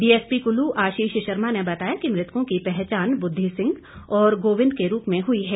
DSP Kullu Ashish Sharma ने बताया कि मृतकों की पहचान बुद्धि सिंह और गोविंद के रूप में हुई है